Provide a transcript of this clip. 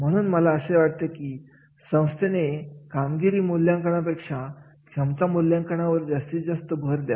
म्हणून मला असे वाटते की संस्थेने कामगिरी मूल्यांकन पेक्षा क्षमता मूल्यांकनावर जास्तीत जास्त भर द्यावा